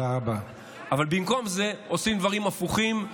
אבל במקום זה עושים דברים הפוכים.